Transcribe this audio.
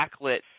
backlit –